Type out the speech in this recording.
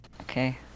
Okay